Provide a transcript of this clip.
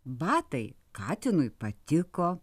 batai katinui patiko